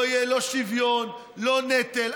לא יהיה לא שוויון, לא נטל.